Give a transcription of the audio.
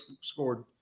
scored